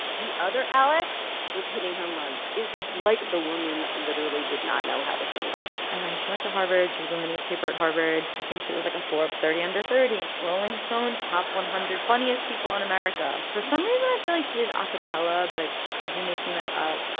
the other alex was hitting home runs. it is like the woman literally did not know how to single she went to harvard. she was on the newspaper at harvard. i think she was, like, a forbes thirty under thirty point rolling stone top one hundred funniest people in america. for some reason, i feel like she did acappella. but i could be making that up